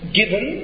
given